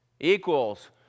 equals